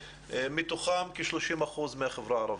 מתוכם כ-30% מהחברה הערבית,